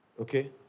Okay